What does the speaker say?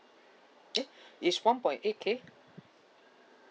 eh it's one point eight K